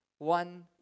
one